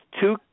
two